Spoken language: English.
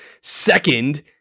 Second